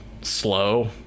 slow